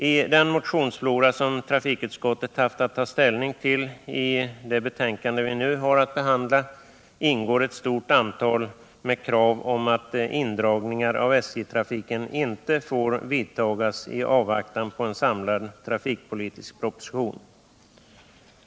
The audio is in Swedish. I den motionsflora som trafikutskottet haft att ta ställning till i det betänkande vi nu har att behandla ingår ett stort antal motioner med krav på att indragningar av SJ-trafiken inte får vidtas i avvaktan på en samlad trafikpolitisk proposition.